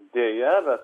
deja bet